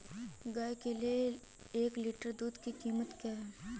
गाय के एक लीटर दूध की कीमत क्या है?